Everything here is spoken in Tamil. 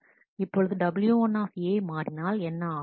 இப்பொழுது W1 மாறினால் என்ன ஆகும்